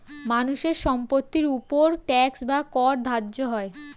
মানুষের সম্পত্তির উপর ট্যাক্স বা কর ধার্য হয়